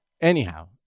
anyhow